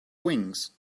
wings